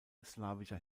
slawischer